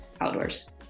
outdoors